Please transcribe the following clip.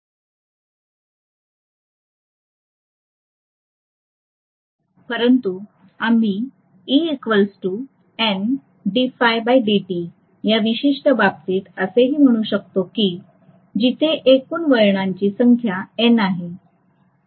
परंतु आम्ही या विशिष्ट बाबतीत असेही म्हणू शकतो की जिथे एकूण वळणांची संख्या N आहे